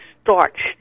starched